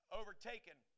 overtaken